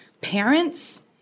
parents